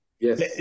Yes